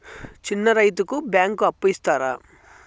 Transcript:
చిన్న రైతుకు బ్యాంకు అప్పు ఇస్తారా?